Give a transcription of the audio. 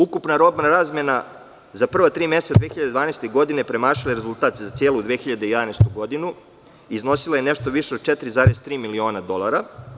Ukupna robna razmena za prva tri meseca 2012. godine premašila je rezultat za celu 2011. godinu i iznosila je nešto više od 4,3 miliona dolara.